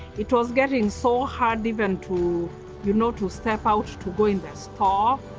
it was getting so hard even to you know to step out to go in the store.